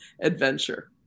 adventure